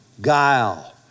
guile